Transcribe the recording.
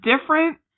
different